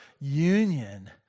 union